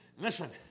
Listen